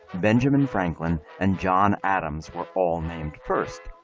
benjamin franklin and john adams were all named first.